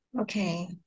Okay